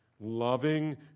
loving